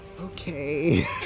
Okay